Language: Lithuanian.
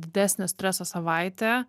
didesnio streso savaitė